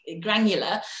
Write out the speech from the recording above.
granular